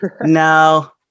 No